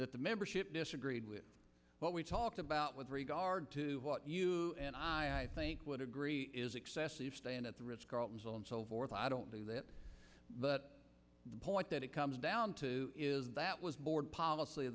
that the membership disagreed with what we talked about with regard to what you and i i think would agree is excessive staying at the ritz carlton so and so forth i don't do that but the point that it comes down to is that was board policy